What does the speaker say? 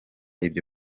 ibyo